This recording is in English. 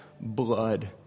blood